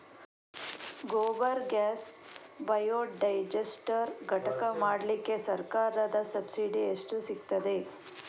Gobar gas biodigester ಘಟಕ ಮಾಡ್ಲಿಕ್ಕೆ ಸರ್ಕಾರದ ಸಬ್ಸಿಡಿ ಎಷ್ಟು ಸಿಕ್ತಾದೆ?